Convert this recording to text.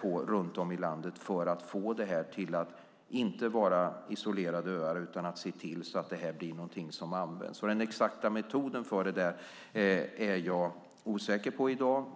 på runt om i landet för att få det att inte vara isolerade öar utan bli någonting som används. Den exakta metoden för det är jag i dag osäker på.